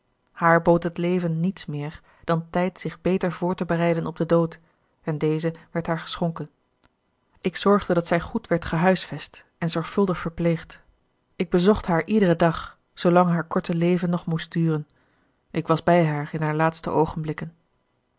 haar bood het leven niets meer dan tijd zich beter voor te bereiden op den dood en deze werd haar geschonken ik zorgde dat zij goed werd gehuisvest en zorgvuldig verpleegd ik bezocht haar iederen dag zoolang haar korte leven nog moest duren ik was bij haar in haar laatste